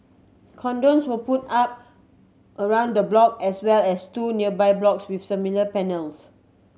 cordons were put up around the block as well as two nearby blocks with similar panels